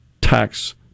tax